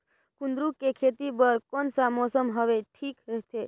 कुंदूरु के खेती बर कौन सा मौसम हवे ठीक रथे?